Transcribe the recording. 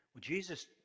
Jesus